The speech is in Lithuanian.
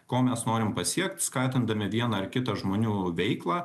ko mes norim pasiekt skatindami vieną ar kitą žmonių veiklą